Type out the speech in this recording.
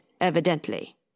evidently